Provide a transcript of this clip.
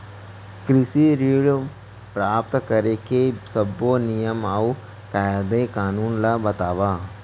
कृषि ऋण प्राप्त करेके सब्बो नियम अऊ कायदे कानून ला बतावव?